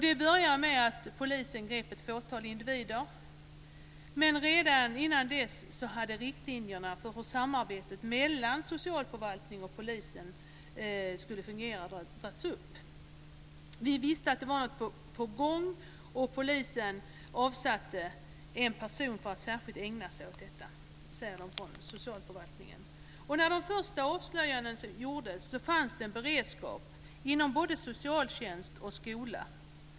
Det började med att polisen grep ett fåtal individer, men redan innan dess hade riktlinjerna för hur samarbetet mellan socialförvaltningen och polisen skulle fungera dragits upp. Vi visste att det var något på gång, och polisen avsatte en person för att särskilt ägna sig åt detta, säger man på socialförvaltningen. När de första avslöjandena gjordes fanns en beredskap inom både socialtjänst och skola.